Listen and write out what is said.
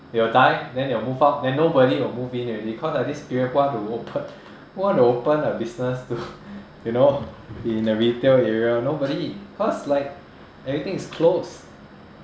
they will die then they will move out then nobody will move in already because at this period who want to open who want to open a business to you know in the retail area nobody cause like everything is closed